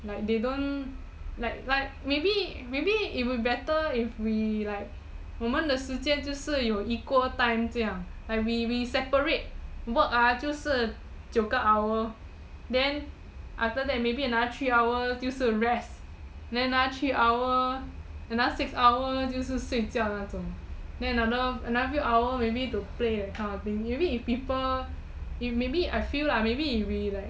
but they don't like like maybe maybe it would be better if we like 我们的时间就是有 equal time 这样 like we we separate work ah 就是九个 hour then after that maybe another three hour 就是 rest then another three hour another six hour 就是睡觉那种 then another another few hour maybe to play that kind of thing maybe if people if maybe I feel lah maybe if we like